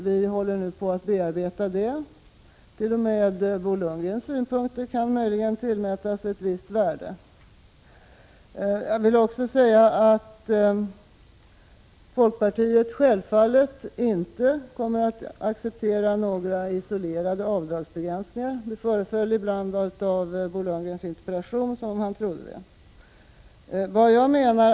Vi håller nu på att bearbeta det, och t.o.m. Bo Lundgrens synpunkter kan möjligen tillmätas ett visst värde. Jag vill i sammanhanget tillägga att folkpartiet självfallet inte kommer att acceptera några isolerade avdragsbegränsningar. Det föreföll av Bo Lundgrens interpellation som om han trodde att så var fallet.